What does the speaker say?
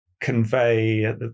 convey